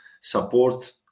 support